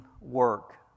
work